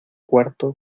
cuarto